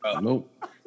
nope